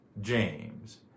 James